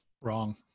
Wrong